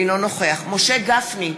אינו נוכח משה גפני,